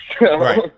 Right